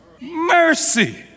Mercy